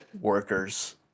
workers